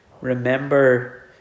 Remember